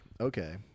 okay